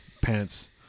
pants